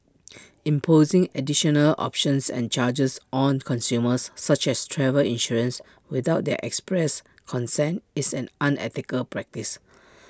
imposing additional options and charges on consumers such as travel insurance without their express consent is an unethical practice